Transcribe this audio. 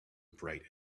bright